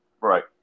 right